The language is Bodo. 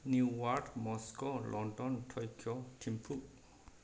new York Moscow London Tokyo Thimphu